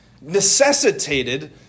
necessitated